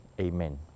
amen